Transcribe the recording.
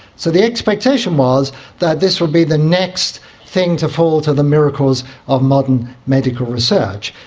so the expectation was that this will be the next thing to fall to the miracles of modern medical research.